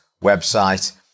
website